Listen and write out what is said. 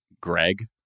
Greg